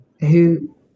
who-